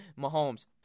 Mahomes